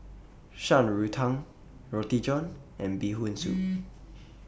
Shan Rui Tang Roti John and Bee Hoon Soup